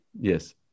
Yes